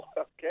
Okay